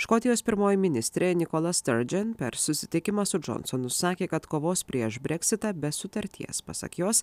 škotijos pirmoji ministrė nikola stardžen per susitikimą su džonsonu sakė kad kovos prieš breksitą be sutarties pasak jos